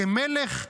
כמלך,